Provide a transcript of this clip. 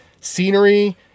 scenery